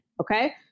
Okay